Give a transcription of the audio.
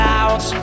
out